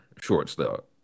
shortstop